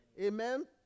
Amen